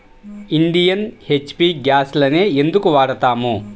Indian, HP గ్యాస్లనే ఎందుకు వాడతాము?